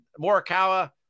morikawa